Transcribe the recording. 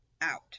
Out